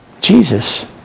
Jesus